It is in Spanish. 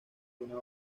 una